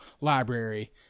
library